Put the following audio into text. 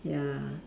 ya